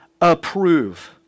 approve